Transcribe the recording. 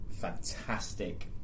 fantastic